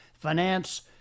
finance